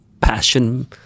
passion